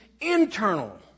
internal